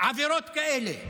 עבירות כאלה.